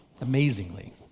amazingly